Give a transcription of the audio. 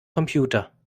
computer